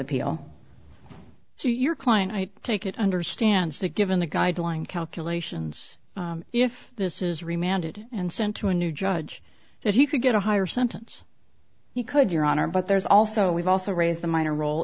appeal so your client might take it understands that given the guideline calculations if this is remanded and sent to a new judge so he could get a higher sentence he could your honor but there's also we've also raised the minor rol